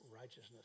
Righteousness